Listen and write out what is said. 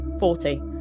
Forty